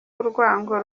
urwango